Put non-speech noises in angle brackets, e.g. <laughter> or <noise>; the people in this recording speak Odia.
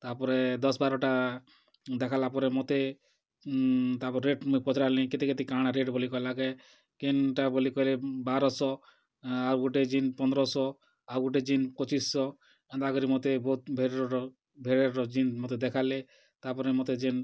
ତା'ପରେ ଦଶ୍ ବାରଟା ଦେଖାଲା ପରେ ମତେ ତା'ପରେ ରେଟ୍ ମୁଇଁ ପଚ୍ରାଲି କେତେ କେତେ କା'ଣା ରେଟ୍ ବୋଲି କହେଲାକେ କେନ୍ଟା ବୋଲି କହେଲେ ବାରଶହ ଆଉ ଗୁଟେ ଜିନ୍ସ ପନ୍ଦରଶହ ଆଉ ଗୁଟେ ଜିନ୍ସ ପଚିଶଶହ ଏନ୍ତାକରି ମତେ ବହୁତ୍ <unintelligible> ଜିନ୍ସ ମତେ ଦେଖାଲେ ତା'ପରେ ମତେ ଯେନ୍